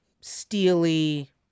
steely